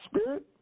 spirit